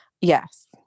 Yes